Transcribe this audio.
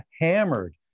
hammered